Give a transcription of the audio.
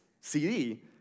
CD